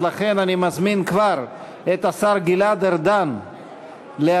לכן אני כבר מזמין את השר גלעד ארדן להשיב.